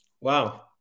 Wow